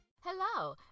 Hello